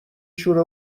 شوره